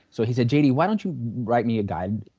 so he said, j d. why don't you write me a guide,